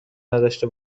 نداشته